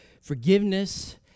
Forgiveness